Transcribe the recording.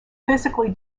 physically